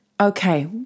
okay